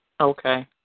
Okay